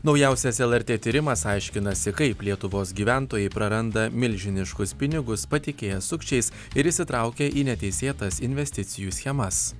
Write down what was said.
naujausias lrt tyrimas aiškinasi kaip lietuvos gyventojai praranda milžiniškus pinigus patikėję sukčiais ir įsitraukę į neteisėtas investicijų schemas